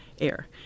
air